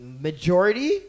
majority